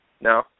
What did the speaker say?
No